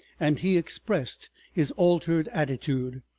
and he expressed his altered attitude,